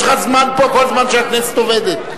יש לך זמן פה כל זמן שהכנסת עובדת.